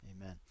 Amen